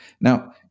Now